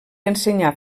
ensenyà